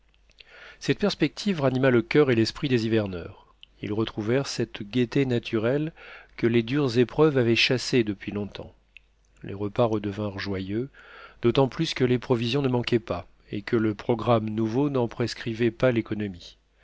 cette perspective ranima le coeur et l'esprit des hiverneurs ils retrouvèrent cette gaieté naturelle que les dures épreuves avaient chassée depuis longtemps les repas redevinrent joyeux d'autant plus que les provisions ne manquaient pas et que le programme nouveau n'en prescrivait pas l'économie